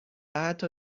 حتی